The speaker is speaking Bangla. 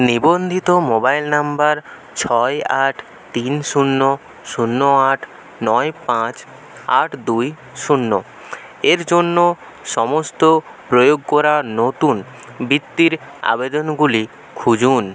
নিবন্ধিত মোবাইল নাম্বার ছয় আট তিন শূন্য শূন্য আট নয় পাঁচ আট দুই শূন্য এর জন্য সমস্ত প্রয়োগ করা নতুন বিত্তির আবেদনগুলি খুঁজুন